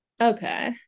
Okay